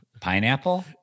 Pineapple